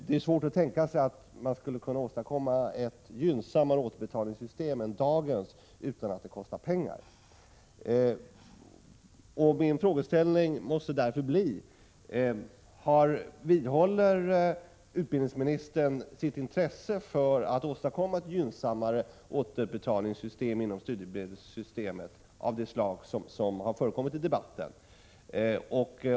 Det är svårt att tänka sig att man skulle kunna åstadkomma ett gynnsammare återbetalningssystem än dagens utan att det kostar pengar. Jag måste därför fråga: Vidhåller utbildningsministern sitt intresse för att inom studiemedelssystemet åstadkomma ett gynnsammare återbetalningssystem av det slag som förordats i debatten?